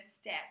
step